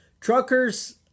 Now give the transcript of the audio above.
Truckers